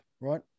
right